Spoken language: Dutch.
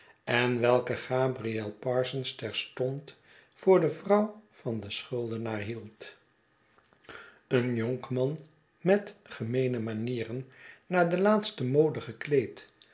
en welke gabriel parsons terstond voor de vrouw van den schuldenaar hield een jonkman met gemeene manieren naar de laatste mode gekleed